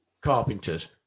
carpenters